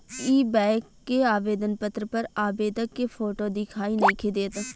इ बैक के आवेदन पत्र पर आवेदक के फोटो दिखाई नइखे देत